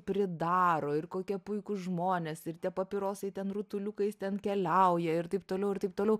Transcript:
pridaro ir kokie puikūs žmonės ir tie papirosai ten rutuliukais ten keliauja ir taip toliau ir taip toliau